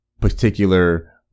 particular